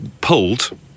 pulled